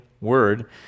word